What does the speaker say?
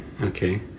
okay